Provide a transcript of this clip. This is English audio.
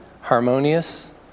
harmonious